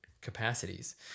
capacities